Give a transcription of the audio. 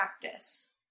practice